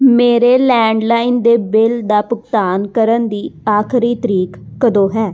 ਮੇਰੇ ਲੈਂਡਲਾਈਨ ਦੇ ਬਿੱਲ ਦਾ ਭੁਗਤਾਨ ਕਰਨ ਦੀ ਆਖ਼ਰੀ ਤਾਰੀਖ਼ ਕਦੋਂ ਹੈ